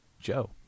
Joe